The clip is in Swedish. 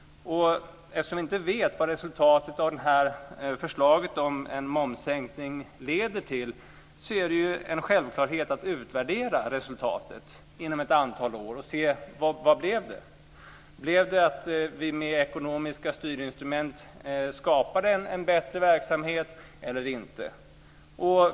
Eftersom vi inte vet vad förslaget om en momssänkning leder till är det självklart att man måste utvärdera resultatet inom ett antal år så att man ser hur det blev. Blev det så att vi med ekonomiska styrinstrument skapade en bättre verksamhet eller inte?